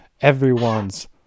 everyone's